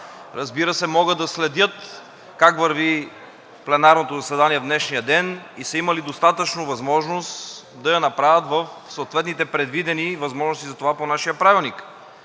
направят, могат да следят как върви пленарното заседание в днешния ден и са имали достатъчно възможност да я направят в съответните предвидени възможности за това по нашия Правилник.